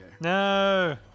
No